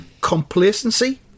complacency